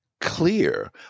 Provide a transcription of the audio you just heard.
clear